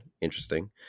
interesting